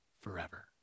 forever